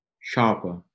sharper